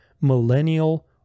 millennial